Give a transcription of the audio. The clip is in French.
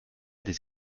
des